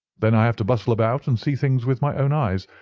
then i have to bustle about and see things with my own eyes.